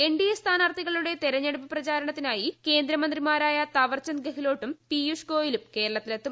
NDA സ്ഥാനാർത്ഥികളുടെ തെരഞ്ഞെടുപ്പ് പ്രചാരണത്തിനായി കേന്ദ്രമന്ത്രിമാരായ തവർചന്ദ് ഗെഹ്ലോട്ടും പീയൂഷ് ഗോയലും കേരളത്തിലെത്തും